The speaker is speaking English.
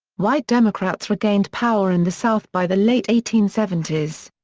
white democrats regained power in the south by the late eighteen seventy s.